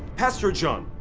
pastor zheng,